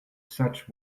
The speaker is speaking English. such